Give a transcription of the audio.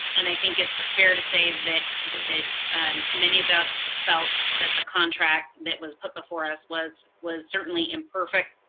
and i think it's fair to say that that many of us felt that the contract that was put before us was was certainly imperfect,